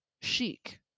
Chic